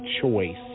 choice